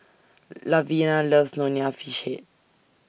Lavina loves Nonya Fish Head